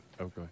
Okay